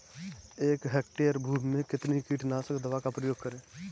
एक हेक्टेयर भूमि में कितनी कीटनाशक दवा का प्रयोग करें?